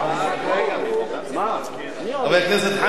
חבר כנסת חנין, בבקשה.